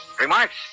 Remarks